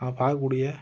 அதை பார்க்கக்கூடிய